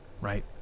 right